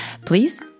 Please